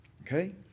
Okay